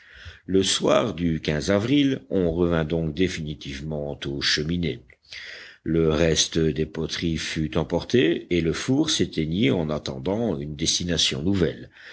le soir du avril on revint donc définitivement aux cheminées le reste des poteries fut emporté et le four s'éteignit en attendant une destination nouvelle